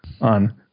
on